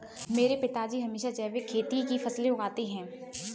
मेरे पिताजी हमेशा जैविक खेती की फसलें उगाते हैं